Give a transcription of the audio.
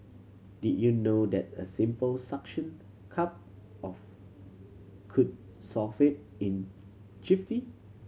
did you know that a simple suction cup of could solve it in jiffy